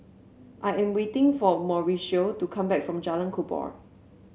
I am waiting for Mauricio to come back from Jalan Kubor